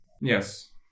Yes